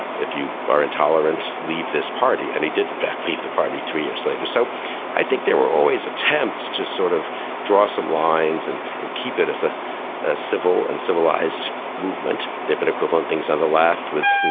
if you are intolerant, leave this party. and he did, in fact, leave the party three years later. so i think there were always attempts to sort of draw some lines and and keep it as a ah civil and civilized movement. they've been equivalent things on the left with, you